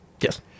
Yes